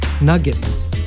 nuggets